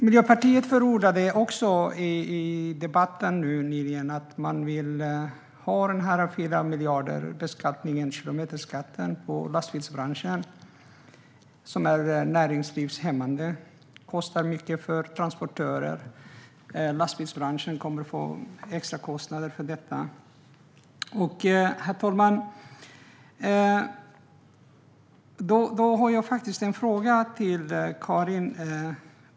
Miljöpartiet förordade i debatten nyss en beskattning av lastbilsbranschen med 4 miljarder - kilometerskatten. Den är näringslivshämmande och kostar mycket för transportörer. Lastbilsbranschen kommer att få extrakostnader för detta. Herr talman! Jag har en fråga till Karin Svensson Smith.